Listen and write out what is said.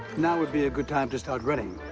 now would be a good time to start running.